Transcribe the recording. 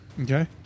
Okay